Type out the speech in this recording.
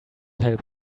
help